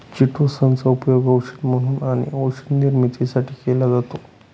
chitosan चा उपयोग औषध म्हणून आणि औषध निर्मितीसाठी केला जातो